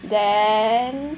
then